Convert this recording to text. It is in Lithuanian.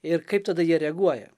ir kaip tada jie reaguoja